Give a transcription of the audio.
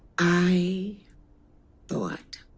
i thought.